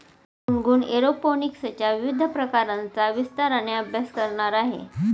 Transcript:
गुनगुन एरोपोनिक्सच्या विविध प्रकारांचा विस्ताराने अभ्यास करणार आहे